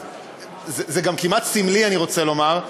זה גם כמעט סמלי, אני רוצה לומר,